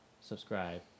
subscribe